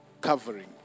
Covering